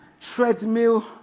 Treadmill